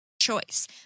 choice